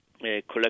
collect